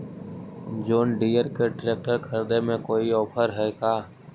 जोन Deere के tractor खरिदे में कोई औफर है का?